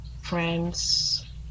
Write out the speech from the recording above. friends